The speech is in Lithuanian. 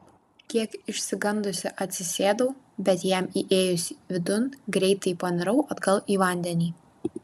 kiek išsigandusi atsisėdau bet jam įėjus vidun greitai panirau atgal į vandenį